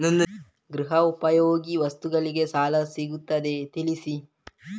ಗೃಹ ಉಪಯೋಗಿ ವಸ್ತುಗಳಿಗೆ ಸಾಲ ಸಿಗುವುದೇ ತಿಳಿಸಿ?